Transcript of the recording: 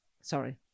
sorry